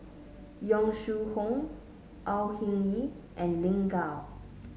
Yong Shu Hoong Au Hing Yee and Lin Gao